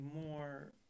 more